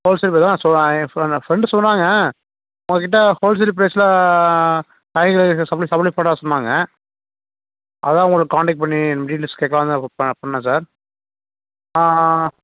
wholesale என் friend சொன்னாங்க உங்கக்கிட்ட wholesale பிரைஸில் காய்கறி வகைகள் சப்ளே சப்ளே பண்ணுறதா சொன்னாங்க அதுதான் உங்களுக்கு காண்டெக்ட் பண்ணி டீட்டெயில்ஸ் கேட்கலாந்தான் இப்போ பண்ணிணேன் சார்